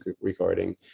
recording